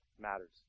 matters